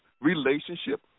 relationship